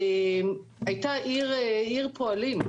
היתה עיר פועלים,